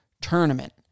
tournament